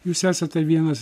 jūs esate vienas